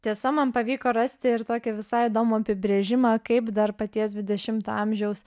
tiesa man pavyko rasti ir tokį visai įdomų apibrėžimą kaip dar paties dvidešimto amžiaus